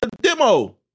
demo